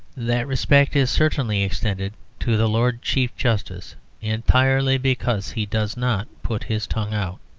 that respect is certainly extended to the lord chief justice entirely because he does not put his tongue out.